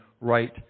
right